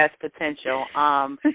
potential